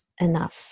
enough